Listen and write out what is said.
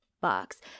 box